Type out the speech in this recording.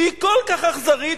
היא כל כך אכזרית,